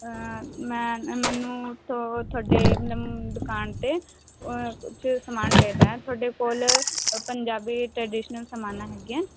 ਮੈਂ ਮੈਨੂੰ ਉਹ ਤੁਹਾਡੀ ਦੁਕਾਨ ਤੋਂ ਕੁਝ ਸਮਾਨ ਚਾਹੀਦਾ ਹੈ ਤੁਹਾਡੇ ਕੋਲ ਪੰਜਾਬੀ ਟ੍ਰੀਡਸ਼ਨਲ ਸਮਾਨ ਹੈਗਾ ਹੈ